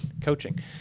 coaching